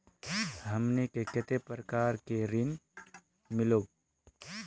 हमनी के कते प्रकार के ऋण मीलोब?